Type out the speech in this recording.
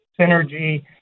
synergy